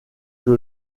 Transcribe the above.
que